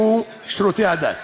הוא שירותי הדת.